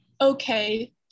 okay